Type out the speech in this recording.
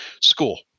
school